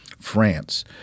France